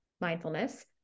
mindfulness